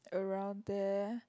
around there